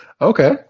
Okay